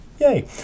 Yay